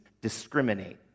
discriminate